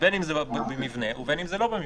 בין אם זה במבנה ובין אם זה לא במבנה.